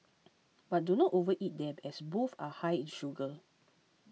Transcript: but do not overeat them as both are high in sugar